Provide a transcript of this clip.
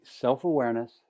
self-awareness